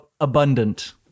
abundant